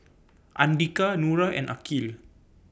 Andika Nura and Aqil